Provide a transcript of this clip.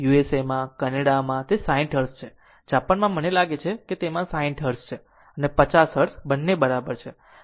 USA કેનેડામાં તે 60 hertz છે અને જાપાનમાં મને લાગે છે કે તેમાં 60 હર્ટ્ઝ છે અને 50 હર્ટ્ઝ બંને બરાબર છે